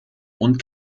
und